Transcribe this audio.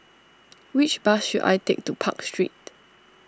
which bus should I take to Park Street